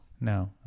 No